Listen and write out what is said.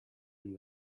and